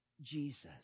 Jesus